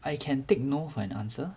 I can take no for an answer